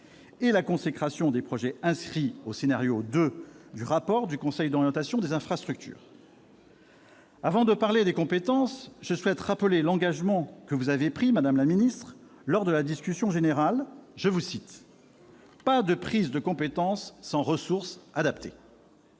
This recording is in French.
; consécration des projets inscrits au scénario 2 du rapport du Conseil d'orientation des infrastructures. Avant de parler des compétences, je souhaite rappeler l'engagement que vous avez pris, madame la ministre, lors de la discussion générale. Je vous cite :« pas de prise de compétence sans ressources adaptées ».